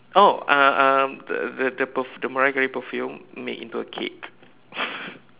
oh um um the the the perf~ the Mariah-Carey perfume made into a cake